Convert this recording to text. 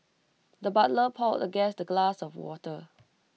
the butler poured the guest A glass of water